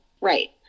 Right